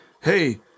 hey